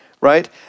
right